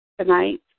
tonight